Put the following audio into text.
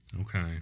Okay